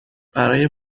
برای